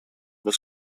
das